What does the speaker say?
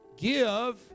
Give